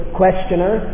questioner